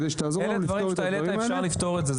כדי שתעזור לנו לפתור את זה.